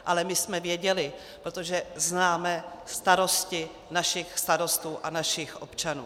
Ale my jsme věděli, protože známe starosti našich starostů a našich občanů.